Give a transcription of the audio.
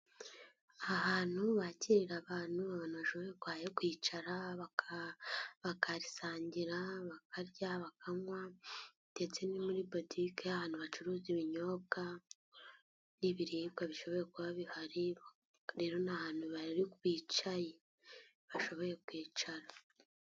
Ahantu bakirira abantu ahantu bashoboye kwicara bakarisangira bakarya bakanywa ndetse no muri botiki y' ahantu hacuruzwa ibinyobwa n'ibiribwa bishobora kuba bihari rero ni ahantu bari bicaye bashoboye kwicara.